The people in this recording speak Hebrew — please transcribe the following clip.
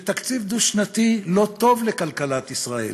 שתקציב דו-שנתי לא טוב לכלכלת ישראל,